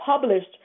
published